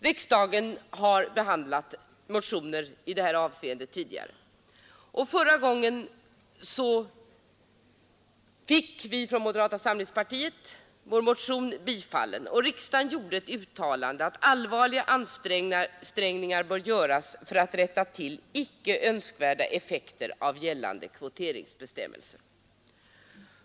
Riksdagen har tidigare behandlat motioner i detta avseende. Förra året fick vi från moderata samlingspartiet vår motion bifallen. Riksdagen gjorde ett uttalande att allvarliga ansträngningar bör göras för att rätta till icke önskvärda effekter av gällande kvoteringsbestämmelser.